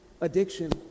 addiction